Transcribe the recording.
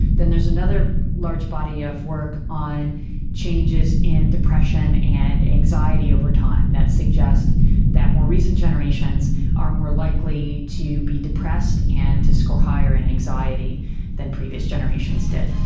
then there is another large body of work on changes in depression and anxiety over time that suggest that more recent generations are more likely to be depressed and to score higher in and anxiety than previous generations did.